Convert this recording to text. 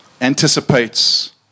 anticipates